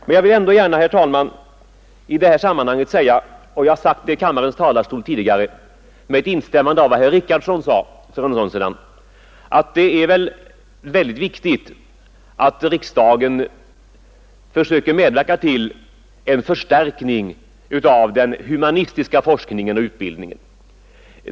Men jag vill ändå gärna, herr talman, i detta sammanhang säga — och jag har sagt det i kammarens talarstol tidigare — med instämmande i vad herr Richardson yttrade för en stund sedan att det är ytterst viktigt att riksdagen försöker medverka till en förstärkning av den humanistiska forskningen.